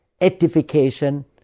edification